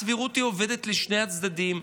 הסבירות עובדת לשני הצדדים.